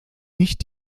nicht